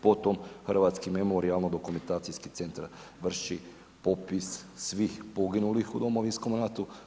Potom Hrvatski memorijalno dokumentacijski centar vrši popis svih poginulih u domovinskom ratu.